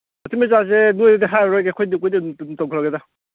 ꯅꯣꯏꯗꯗꯤ ꯍꯥꯏꯔꯔꯣꯏꯒꯦ ꯑꯩꯈꯣꯏ ꯑꯗꯨꯝ ꯇꯧꯈ꯭ꯔꯒꯦꯗ